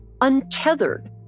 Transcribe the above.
untethered